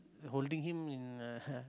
holding him in uh